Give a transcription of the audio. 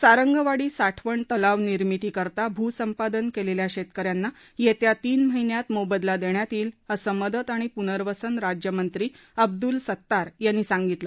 सारंगवाडी साठवण तलाव निर्मितीकरता भू संपादन केलेल्या शेतक यांना येत्या तीन महिन्यात मोबदला देण्यात येईल असं मदत आणि पुनर्वसन राज्यमंत्री अब्दुल सत्तार यांनी सांगितलं